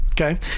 Okay